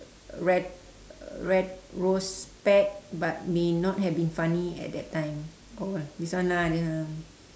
ret~ retrospect but may not have been funny at that time or what this one lah this one